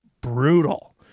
brutal